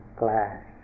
glass